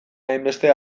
hainbeste